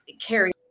carry